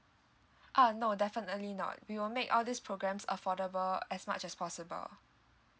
uh no definitely not we will make all these programs affordable as much as possible